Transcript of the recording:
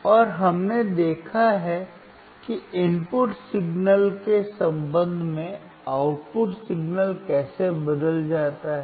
और हमने देखा है कि इनपुट सिग्नल के संबंध में आउटपुट सिग्नल कैसे बदल रहा है